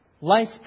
Life